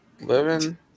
living